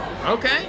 Okay